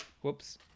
Whoops